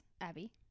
Abby